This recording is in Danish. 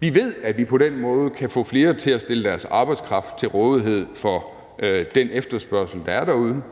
Vi ved, at vi på den måde kan få flere til at stille deres arbejdskraft til rådighed for den efterspørgsel, der er derude,